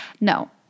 No